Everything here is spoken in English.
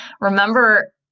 Remember